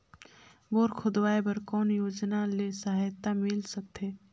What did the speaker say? Bore खोदवाय बर कौन योजना ले सहायता मिल सकथे?